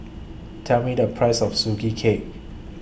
Tell Me The Price of Sugee Cake